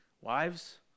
Wives